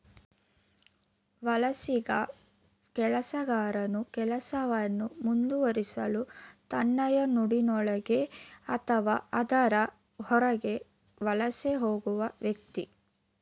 ವಲಸಿಗ ಕೆಲಸಗಾರನು ಕೆಲಸವನ್ನು ಮುಂದುವರಿಸಲು ತಾಯ್ನಾಡಿನೊಳಗೆ ಅಥವಾ ಅದರ ಹೊರಗೆ ವಲಸೆ ಹೋಗುವ ವ್ಯಕ್ತಿ